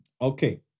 Okay